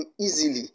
easily